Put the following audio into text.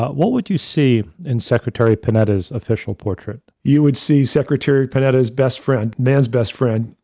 what would you see in secretary panetta's official portrait? you would see secretary panetta, his best friend, man's best friend,